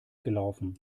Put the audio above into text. gelaufen